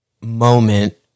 moment